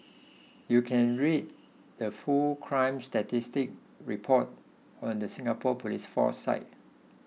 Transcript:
you can read the full crime statistics report on the Singapore police force site